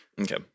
okay